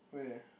where